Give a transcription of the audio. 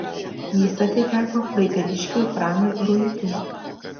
jis atiteko klaipėdiškiui pranui ruikiui